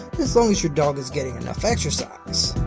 as long as your dog is getting enough exercise.